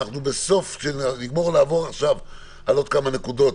אחרי שנעבור על עוד כמה נקודות